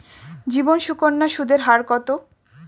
জীবন সুকন্যা সুদের হার কত?